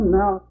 now